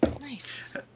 Nice